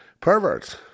perverts